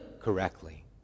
correctly